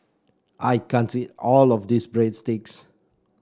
I can't eat all of this Breadsticks